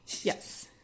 Yes